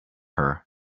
her